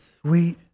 sweet